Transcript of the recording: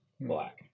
black